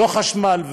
לא חשמל,